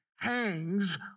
hangs